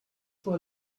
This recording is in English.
what